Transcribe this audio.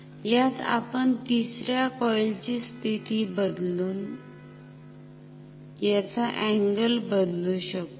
यात आपण तिसऱ्या कॉईल ची स्थिती बदलून याचा अँगल बदलू शकतो